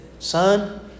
Son